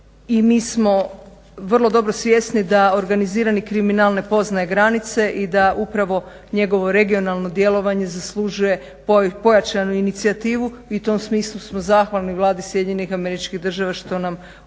I mi smo vrlo dobro svjesni da organizirani kriminal ne poznaje granice i da upravo njegovo regionalno djelovanje zaslužuje pojačanu inicijativu. I u tom smislu smo zahvalni Vladi SAD-a što nam u